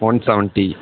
one seventy